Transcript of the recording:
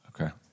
Okay